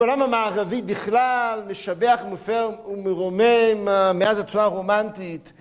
העולם המערבי בכלל משבח, ומפר ומרומם מאז הצורה הרומנטית